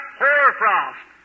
hoarfrost